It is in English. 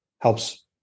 helps